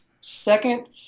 Second